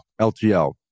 LTL